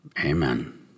Amen